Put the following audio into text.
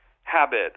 habit